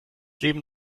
leben